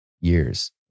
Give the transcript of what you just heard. years